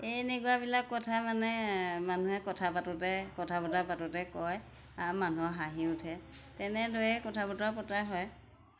এই এনেকুৱাবিলাক কথা মানে মানুহে কথা পাতোঁতে কথা বতৰা পাতোতে কয় আৰু মানুহৰ হাঁহি উঠে তেনেদৰেই কথা বতৰা পতা হয়